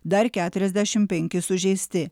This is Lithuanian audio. dar keturiasdešimt penki sužeisti